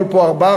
יהיו פה ארבעה,